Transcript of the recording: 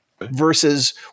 Versus